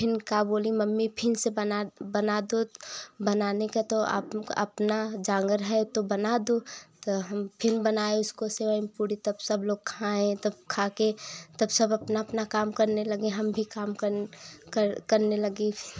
फिर का बोली मम्मी फिर से बना बना दो बनाने का तो अपना जांगर है तो बना दो त हम फिर बनाये उसको सेवई पूड़ी तब सब लोग खाये तब खा के तब सब अपना अपना काम करने लगे हम भी अपना काम कर करने लगी